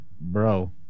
bro